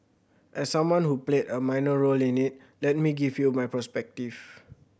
as someone who played a minor role in it let me give you my perspective